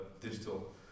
digital